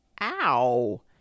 Ow